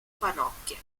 parrocchie